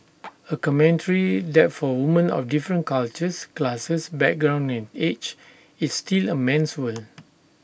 A commentary that for women of different cultures classes backgrounds and age it's still A man's world